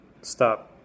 Stop